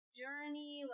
journey